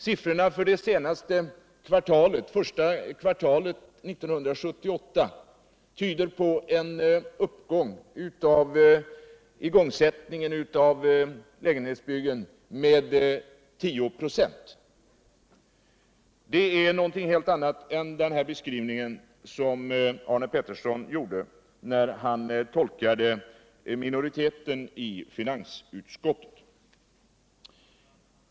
Siffrorna för det senaste kvartalet, första kvartalet 1978, tyder på en uppgång med 10 96 av igångsättningen av lägenhetsbyggen. Detta är någonting helt annat än den beskrivning som Arne Pettersson gjorde när han tolkade uppfattningen hos minoriteten i finansutskottet.